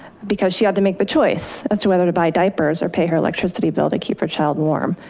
because she had to make the choice as to whether to buy diapers or pay her electricity bill to keep her child warm.